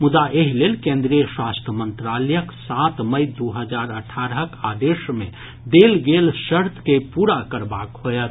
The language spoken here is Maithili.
मुदा एहि लेल केन्द्रीय स्वास्थ्य मंत्रालयक सात मई दू हजार अठारहक आदेश मे देल गेल शर्त के पूरा करबाक होयत